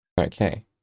Okay